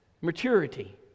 Maturity